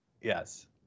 Yes